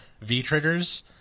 V-Triggers